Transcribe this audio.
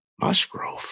Musgrove